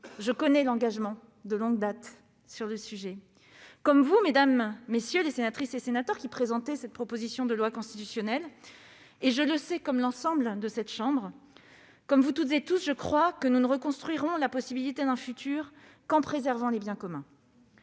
je connais l'engagement de longue date sur le sujet, comme vous, mesdames les sénatrices, messieurs les sénateurs qui présentez cette proposition de loi constitutionnelle, et, je le sais, comme toutes et tous les membres de cette chambre, je crois que nous ne reconstruirons la possibilité d'un futur qu'en préservant les biens communs.